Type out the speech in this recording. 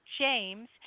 James